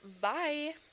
Bye